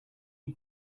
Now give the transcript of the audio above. you